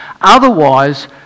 Otherwise